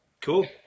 Cool